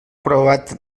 provat